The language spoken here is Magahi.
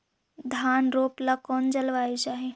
धान रोप ला कौन जलवायु चाही?